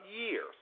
years